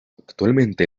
actualmente